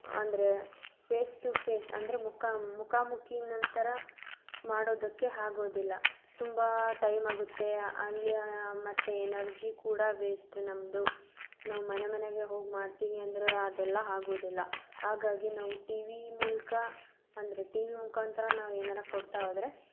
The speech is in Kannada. ಅಂದರೆ ಫೇಸ್ ಟು ಫೇಸ್ ಅಂದರೆ ಮುಖ ಮುಖಾಮುಖಿ ನಂತರ ಮಾಡೋದಕ್ಕೆ ಆಗೋದಿಲ್ಲ ತುಂಬ ಟೈಮಾಗುತ್ತೆ ಅಲ್ಲಿ ಮತ್ತು ಎನರ್ಜಿ ಕೂಡ ವೇಸ್ಟ ನಮ್ಮದು ನಾವು ಮನೆಮನೆಗೆ ಹೋಗಿ ಮಾಡ್ತೀವಿ ಅಂದರೆ ಅದೆಲ್ಲ ಆಗೋದಿಲ್ಲ ಹಾಗಾಗಿ ನಾವು ಟಿ ವಿ ಮೂಲಕ ಅಂದರೆ ಟಿ ವಿ ಮುಖಾಂತರ ನಾವು ಏನಾರು ಕೊಡ್ತಾ ಹೋದ್ರೆ